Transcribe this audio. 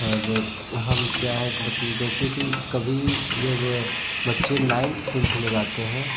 और हम क्या है कि पता नहीं जैसे कि कभी जब बच्चे नाइन्थ टेंथ में जाते हैं